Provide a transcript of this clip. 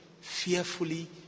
fearfully